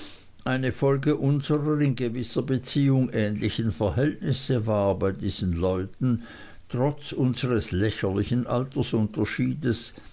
eine folge unserer in gewisser beziehung ähnlichen verhältnisse war bei diesen leuten trotz unseres lächerlichen altersunterschiedes